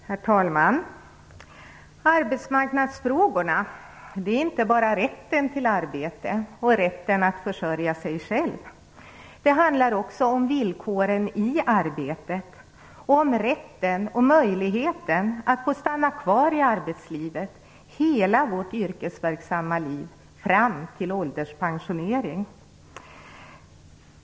Herr talman! Arbetsmarknadsfrågorna gäller inte bara rätten till arbete och rätten att försörja sig själv. De handlar också om villkoren i arbetet och om rätten och möjligheten att få stanna kvar i arbetslivet hela vårt yrkesverksamma liv fram till ålderspensioneringen.